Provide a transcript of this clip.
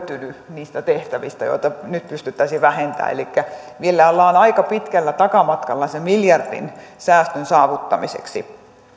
niistä tehtävistä joita nyt pystyttäisiin vähentämään elikkä vielä ollaan aika pitkällä takamatkalla sen miljardin säästön saavuttamiseksi